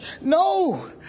No